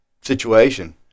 situation